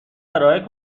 ارائه